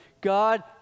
God